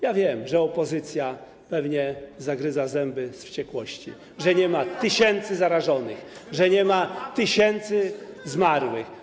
Ja wiem, że opozycja pewnie zagryza zęby z wściekłości, że nie ma tysięcy zarażonych, [[Wesołość na sali]] że nie ma tysięcy zmarłych.